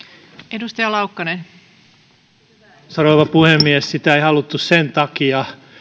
arvoisa rouva puhemies sitä ei haluttu sen takia